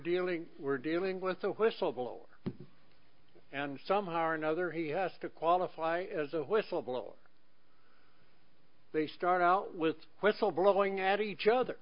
dealing we're dealing with a whistleblower and somehow or another he has to qualify as a whistleblower they start out with whistle blowing at each other